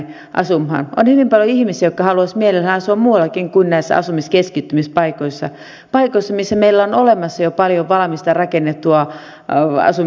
on hyvin paljon ihmisiä jotka haluaisivat mielellään asua muuallakin kuin näissä asumiskeskittymispaikoissa paikoissa missä meillä on olemassa jo paljon valmista rakennettua asuntokantaa